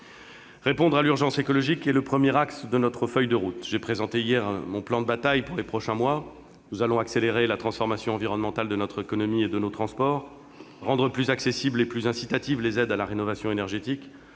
Répondre à l'urgence écologique est le premier axe de notre feuille de route. J'ai présenté hier mon plan de bataille pour les prochains mois. Nous allons accélérer la transformation environnementale de notre économie et de nos transports, rendre plus accessibles et plus incitatives les aides à la rénovation énergétique,